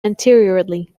anteriorly